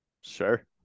Sure